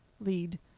lead